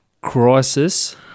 Crisis